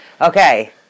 Okay